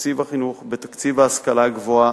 בתקציב החינוך, בתקציב ההשכלה הגבוהה.